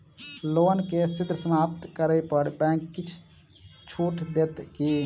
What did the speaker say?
loan केँ शीघ्र समाप्त करै पर बैंक किछ छुट देत की